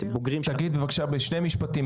בוגרים --- תגיד בבקשה בשני משפטים,